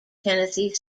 tennessee